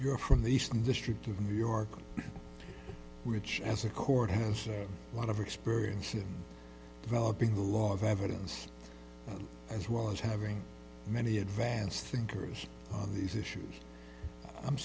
you're from the eastern district of new york which has a court has a lot of experience should develop in the law of evidence as well as having many advanced thinkers on these issues i'm